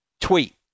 tweet